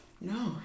No